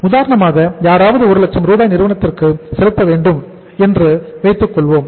உதாரணமாக யாராவது ஒரு லட்சம் ரூபாய் நிறுவனத்திற்கு செலுத்த வேண்டும் என்று வைத்துக்கொள்வோம்